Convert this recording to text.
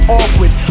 awkward